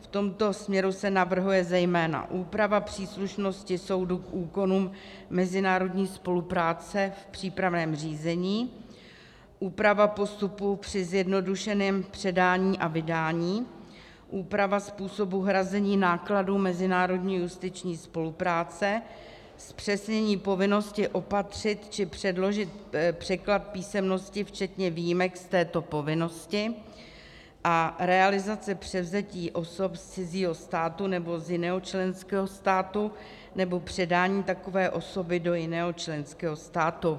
V tomto směru se navrhuje zejména úprava příslušnosti soudu k úkonům mezinárodní spolupráce v přípravném řízení, úprava postupu při zjednodušeném předání a vydání, úprava způsobu hrazení nákladů mezinárodní justiční spolupráce, zpřesnění povinnosti opatřit či předložit překlad písemnosti, včetně výjimek z této povinnosti a realizace převzetí osob z cizího státu nebo z jiného členského státu, nebo předání takové osoby do jiného členského státu.